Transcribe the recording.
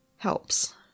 Helps